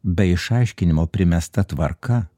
be išaiškinimo primesta tvarka